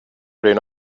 really